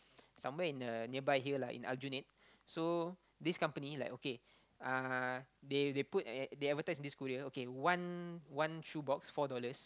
somewhere in the nearby here lah in Aljunied so this company like okay uh they they put they advertise in this courier one one shoe box four dollars